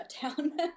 shutdown